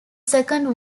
second